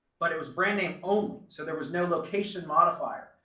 but it was brand name only, so there was no location modifier.